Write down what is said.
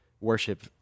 worship